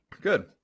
Good